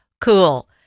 cool